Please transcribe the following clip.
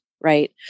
Right